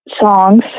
songs